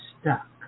stuck